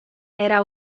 era